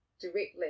directly